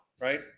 right